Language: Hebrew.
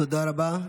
תודה רבה.